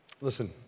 Listen